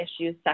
issues